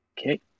Okay